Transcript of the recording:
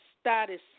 status